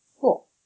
Cool